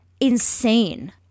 insane